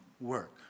work